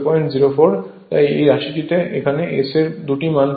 সুতরাং এই রাশিটিতে এখানে S এর দুটি মান পাবেন